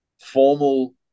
formal